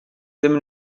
ddim